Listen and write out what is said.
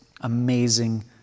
amazing